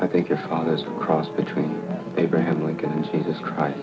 i think your father's a cross between abraham lincoln's jesus christ